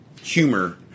humor